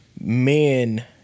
men